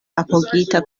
apogita